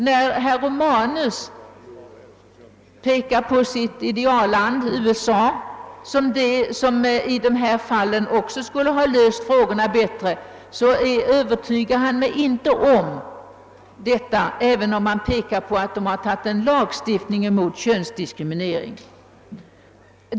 Herr Romanus talar om sitt idealland, USA, som också i detta fall skulle ha löst problemet bättre. Men han övertygar mig inte, även om han framhåller, att USA har infört en lagstiftning mot könsdiskriminering.